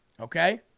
Okay